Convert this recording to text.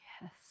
Yes